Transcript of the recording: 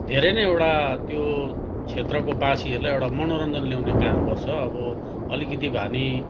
धेरै नै एउटा त्यो क्षेत्रको वासीहरूलाई एउटा मनोरञ्जन ल्याउने काम गर्छ अब अलिकति भए नि